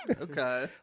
Okay